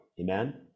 amen